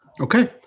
Okay